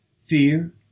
Fear